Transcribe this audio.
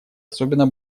особенно